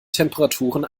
temperaturen